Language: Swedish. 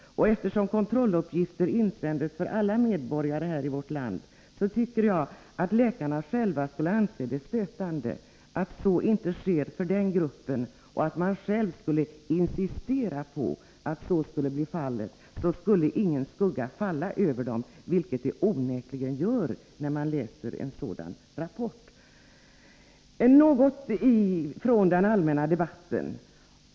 Eftersom kontrolluppgifter insänds när det gäller alla andra medborgare i vårt land, tycker jag att läkarna själva borde anse det stötande att så inte sker beträffande den egna gruppen. Läkarna borde själva insistera på att kontrolluppgift skall sändas in även för dem. Då skulle ingen skugga falla på läkarna, vilket det onekligen gör när man läser den ifrågavarande rapporten. Något från den allmänna debatten.